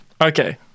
Okay